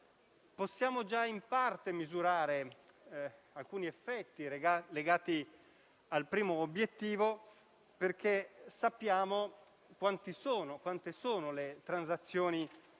Possiamo già in parte misurare alcuni effetti legati al primo obiettivo, perché sappiamo quante sono le transazioni effettuate